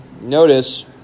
notice